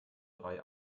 drei